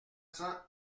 cent